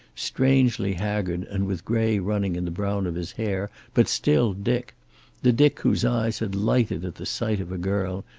strangely haggard and with gray running in the brown of his hair, but still dick the dick whose eyes had lighted at the sight of a girl,